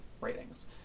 ratings